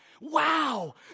wow